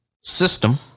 system